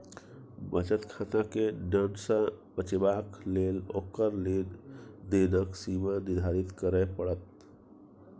बचत खाताकेँ दण्ड सँ बचेबाक लेल ओकर लेन देनक सीमा निर्धारित करय पड़त